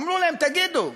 אמרו להם: תגידו,